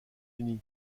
unies